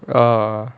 oh !whoa!